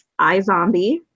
iZombie